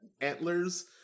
antlers